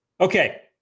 okay